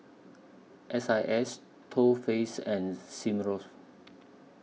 S I S Too Faced and Smirnoff